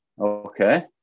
okay